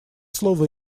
слово